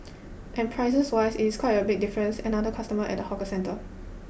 and prices wise it's quite a big difference another customer at a hawker centre